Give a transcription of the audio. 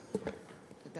ברשות